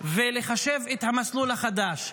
ולחשב את המסלול החדש,